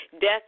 death